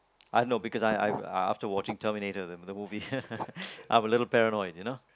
I know because I I I after watching terminator and the movie I'm a little paranoid you know